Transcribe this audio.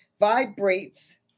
vibrates